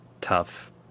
tough